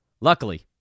Luckily